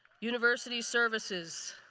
university services.